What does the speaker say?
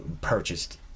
purchased